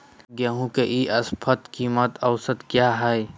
गेंहू के ई शपथ कीमत औसत क्या है?